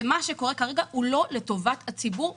ומה שקורה כרגע הוא לא לטובת הציבור מצדכם,